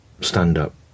stand-up